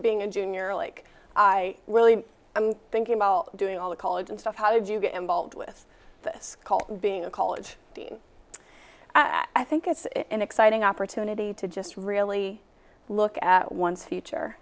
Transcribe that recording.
being a junior league i really i'm thinking about doing all the college and stuff how did you get involved with this cult being a college i think it's an exciting opportunity to just really look at once